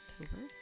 October